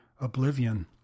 oblivion